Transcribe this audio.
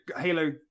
Halo